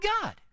God